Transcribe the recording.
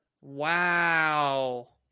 Wow